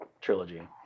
trilogy